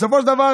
בסופו של דבר,